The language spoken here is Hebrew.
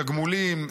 תגמולים,